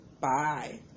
Bye